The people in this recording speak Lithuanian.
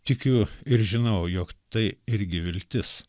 tikiu ir žinau jog tai irgi viltis